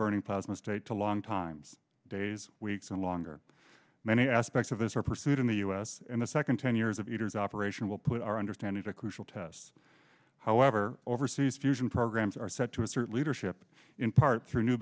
burning plasma state to long times days weeks and longer many aspects of his her pursuit in the us in the second ten years of eaters operation will put our understanding to a crucial test however overseas fusion programs are set to assert leadership in part through new